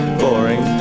boring